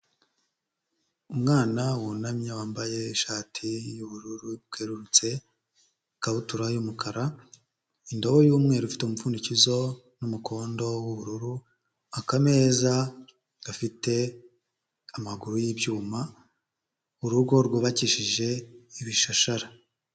Umwana wunamye wambaye ishati y'ubururu bwerurutse, ikabutura y'umukara, indobo y'umweru ifite umupfundikizo n'umukondo w'ubururu, akameza gafite amaguru y'ibyuma urugo rwubakishije ibishashara.